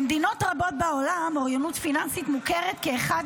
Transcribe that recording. במדינות רבות בעולם אוריינות פיננסית מוכרת כאחד